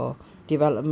ya